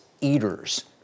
eaters